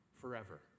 forever